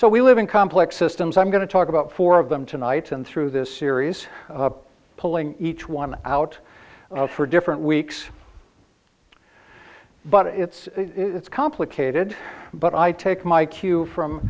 so we live in complex systems i'm going to talk about four of them tonight and through this series of pulling each one out for different weeks but it's it's complicated but i take my cue from